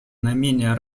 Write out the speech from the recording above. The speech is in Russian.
наименее